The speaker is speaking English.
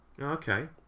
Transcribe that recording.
Okay